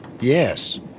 Yes